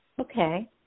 Okay